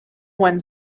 one